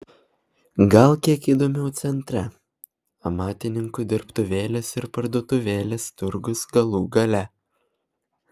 gal kiek įdomiau centre amatininkų dirbtuvėlės ir parduotuvėlės turgus galų gale